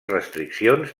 restriccions